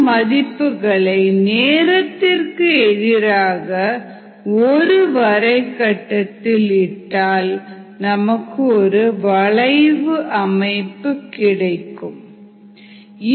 ln cc cO2 மதிப்புகளை நேரத்திற்கு எதிராக ஒரு வரை கட்டத்தில் இட்டால் நமக்கு ஒரு வளைவு அமைப்பு கிடைக்கும் கிடைக்கும்